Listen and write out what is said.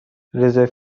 رزرو